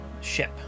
ship